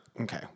okay